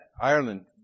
Ireland